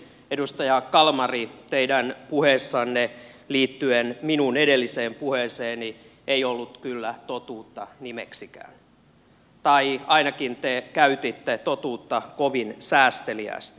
edustaja kalmari teidän puheessanne liittyen minun edelliseen puheeseeni ei ollut kyllä totuutta nimeksikään tai ainakin te käytitte totuutta kovin säästeliäästi